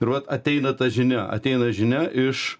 ir vat ateina ta žinia ateina žinia iš